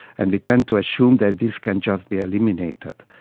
and we tend to assume that this can just be eliminated.